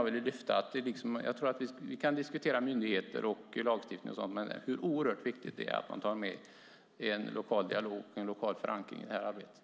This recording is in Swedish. Vi kan diskutera myndigheter och lagstiftning, men det är oerhört viktigt att ha en lokal dialog och en lokal förankring i det här arbetet.